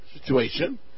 situation